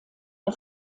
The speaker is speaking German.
der